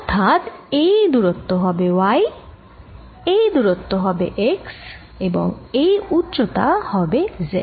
অর্থাৎ এই দূরত্ব হবে y এই দূরত্ব হবে x এবং এই উচ্চতা হবে z